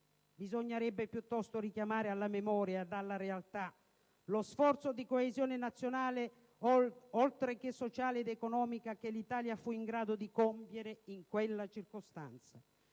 Bisognerebbe piuttosto richiamare alla memoria e alla realtà, lo sforzo di coesione nazionale oltre che sociale ed economica, che l'Italia fu in grado di compiere in quella circostanza.